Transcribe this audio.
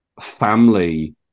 family